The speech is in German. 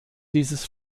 dieses